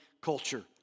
culture